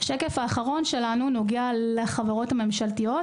השקף האחרון שלנו נוגע בחברות הממשלתיות,